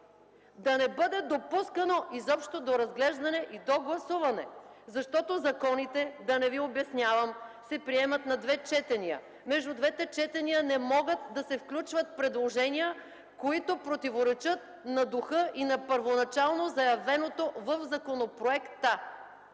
да не бъде допускано изобщо до разглеждане и до гласуване. Защото законите, да не Ви обяснявам, се приемат на две четения. Между двете четения не могат да се включват предложения, които противоречат на духа и на първоначално заявеното в законопроекта.